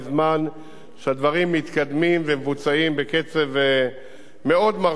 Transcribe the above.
שהדברים מתקדמים ומבוצעים בקצב מאוד מרשים ומשמעותי,